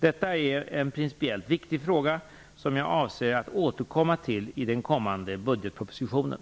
Detta är en principiellt viktig fråga som jag avser att återkomma till i den kommande budgetpropositionen.